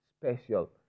special